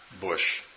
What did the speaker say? bush